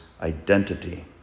identity